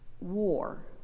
war